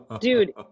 dude